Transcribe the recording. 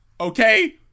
okay